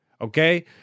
Okay